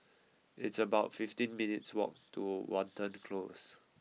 it's about fifty minutes' walk to Watten Close